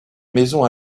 maison